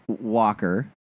Walker